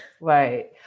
Right